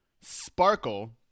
Sparkle